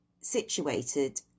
situated